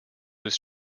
was